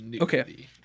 Okay